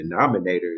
denominators